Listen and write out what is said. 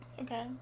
Okay